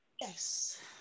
Yes